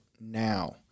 now